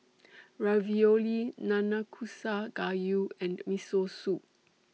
Ravioli Nanakusa Gayu and Miso Soup